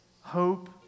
hope